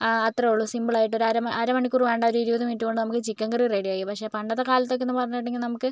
അത്രയും ഉള്ളൂ സിംപിളായിട്ട് ഒരു അര അരമണിക്കൂര് വേണ്ട ഒരു ഇരുപത് മിനിറ്റുകൊണ്ട് നമുക്ക് ചിക്കൻ കറി റെഡി ആയി പക്ഷെ പണ്ടത്തെ കാലത്തൊക്കെന്ന് പറഞ്ഞിട്ടുണ്ടെങ്കിൽ നമുക്ക്